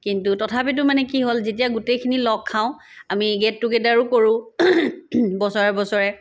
কিন্তু তথাপিতো মানে কি হ'ল যেতিয়া গোটেইখিনি লগ খাওঁ আমি গেট টুগেদাৰো কৰো বছৰে বছৰে